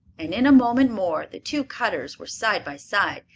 and in a moment more the two cutters were side by side,